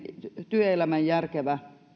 työelämän järkevä